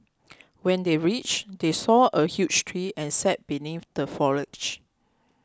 when they reached they saw a huge tree and sat beneath the foliage